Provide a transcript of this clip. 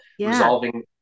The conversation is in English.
resolving